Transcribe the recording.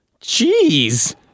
Jeez